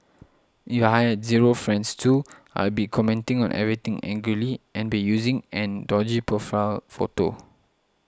if I had zero friends too I'd be commenting on everything angrily and be using an dodgy profile photo